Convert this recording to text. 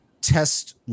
test